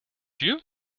you